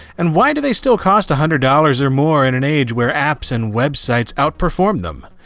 and why do they still cost a hundred dollars or more in an age where apps and websites outperform them?